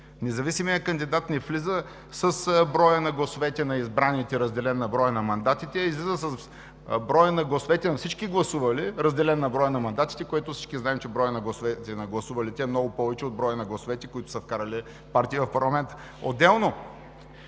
Независимият кандидат не влиза с броя на гласовете на избраните, разделен на броя на мандатите, а излиза с броя на гласовете на всички гласували, разделен на броя на мандатите, а всички знаем, че броят на гласовете на гласувалите е много повече от броя на гласовете, които са вкарали партии в парламента.